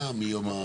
כן.